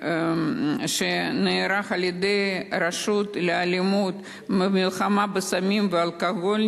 על-ידי הרשות הלאומית למלחמה בסמים ואלכוהול,